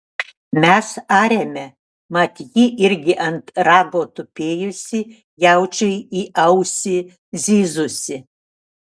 mes arėme mat ji irgi ant rago tupėjusi jaučiui į ausį zyzusi